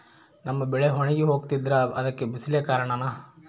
ನಮ್ಮ ಬೆಳೆ ಒಣಗಿ ಹೋಗ್ತಿದ್ರ ಅದ್ಕೆ ಬಿಸಿಲೆ ಕಾರಣನ?